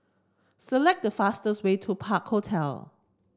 select the fastest way to Park Hotel